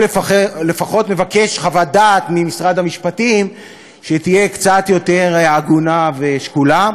או לפחות מבקש חוות דעת ממשרד המשפטים שתהיה קצת יותר הגונה ושקולה,